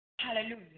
Hallelujah